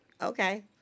Okay